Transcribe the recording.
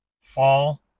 Fall